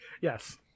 yes